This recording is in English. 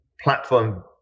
platform